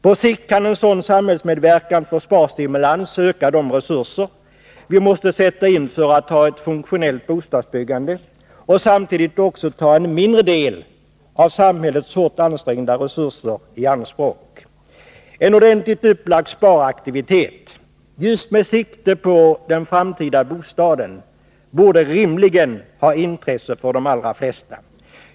På sikt kan en sådan samhällsmedverkan för sparstimulans öka de resurser vi måste sätta in för att ha ett funktionellt bostadsbyggande och samtidigt innebära att en mindre del av samhällets hårt ansträngda resurser tas i anspråk. En ordentligt upplagd sparaktivitet just med sikte på den framtida bostaden borde rimligen vara av intresse för de allra flesta.